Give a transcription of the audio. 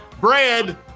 bread